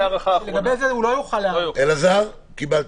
אלעזר, קיבלת.